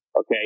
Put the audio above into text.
Okay